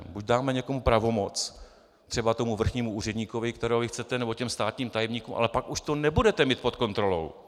Buď dáme někomu pravomoc, třeba tomu vrchnímu úředníkovi, kterého vy chcete, nebo těm státním tajemníkům, ale pak už to nebudete mít pod kontrolou.